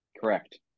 Correct